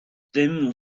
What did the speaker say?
dim